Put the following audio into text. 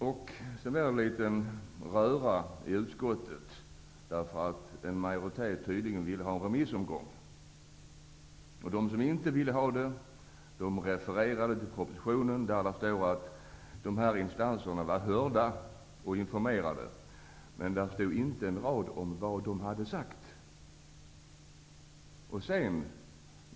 Det blev senare litet rörigt i utskottet, eftersom en majoritet i utskottet ville ha en remissomgång. De som inte ville ha någon sådan refererade till propositionen, där det framgår att dessa instanser redan har varit hörda och informerade. Men där står inte en rad om vad dessa instanser har sagt.